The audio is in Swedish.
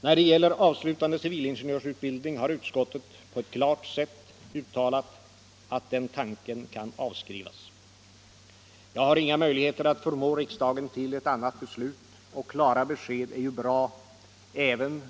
När det gäller avslutande civilingenjörsutbildning har utskottet på ett klart sätt uttalat att den tanken kan avskrivas. Jag har inga möjligheter att förmå riksdagen till ett annat beslut, och klara besked är ju bra även